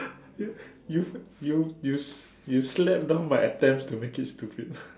dude you you you you slap down my attempts to make it stupid